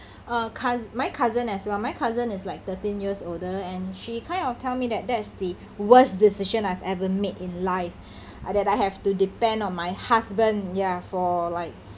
uh cous~ my cousin as well my cousin is like thirteen years older and she kind of tell me that that's the worst decision I've ever made in life like that I have to depend on my husband ya for like